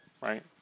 right